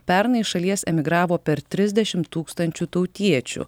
pernai iš šalies emigravo per trisdešim tūkstančių tautiečių